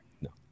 No